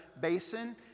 basin